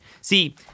See